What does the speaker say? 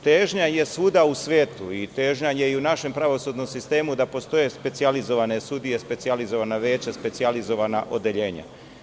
Težnja je svuda u svetu i težnja je i u našem pravosudnom sistemu da postoje specijalizovana sudije, specijalizovana veća, specijalizovana odeljenja.